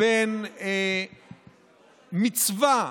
בין מצווה